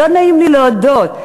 לא נעים לי להודות,